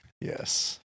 Yes